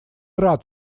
рад